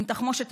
עם תחמושת.